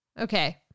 Okay